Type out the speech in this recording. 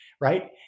right